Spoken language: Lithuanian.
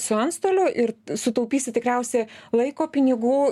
su antstoliu ir sutaupysit tikriausia laiko pinigų